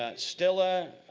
ah stella